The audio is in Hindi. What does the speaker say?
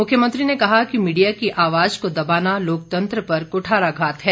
मुख्यमंत्री ने कहा कि मीडिया की आवाज को दबाना लोकतंत्र पर कठाराघात है